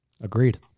Agreed